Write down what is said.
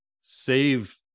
save